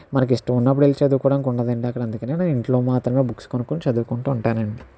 మనకి ఇష్టం ఉన్నప్పుడు వెళ్ళి చదువుకోవడానికి ఉండదు అండి అక్కడ అందుకనే నేను ఇంట్లో మాత్రమే బుక్స్ కొనుక్కోని చదువుకుంటూ ఉంటాను అండి